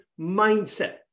mindset